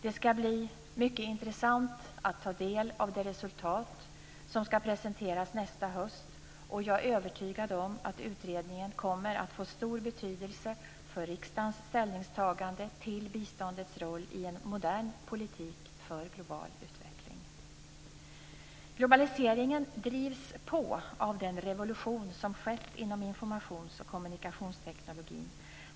Det ska bli mycket intressant att ta del av det resultat som ska presenteras nästa höst, och jag är övertygad om att utredningen kommer att få stor betydelse för riksdagens ställningstagande till biståndets roll i en modern politik för global utveckling. Globaliseringen drivs på av den revolution som skett inom informations och kommunikationsteknologin.